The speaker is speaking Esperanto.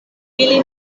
ili